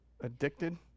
Addicted